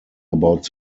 about